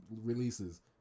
releases